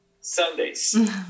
Sundays